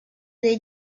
dei